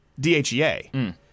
DHEA